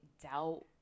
doubt